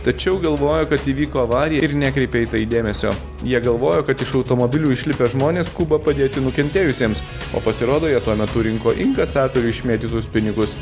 tačiau galvojo kad įvyko avarija ir nekreipė į tai dėmesio jie galvojo kad iš automobilių išlipę žmonės skuba padėti nukentėjusiems o pasirodo jog tuo metu rinko inkasatorių išmėtytus pinigus